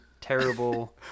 terrible